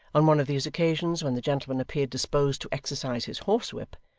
on one of these occasions, when the gentleman appeared disposed to exercise his horsewhip,